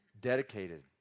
dedicated